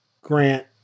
Grant